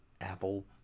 Apple